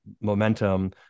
momentum